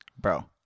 Bro